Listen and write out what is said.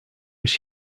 his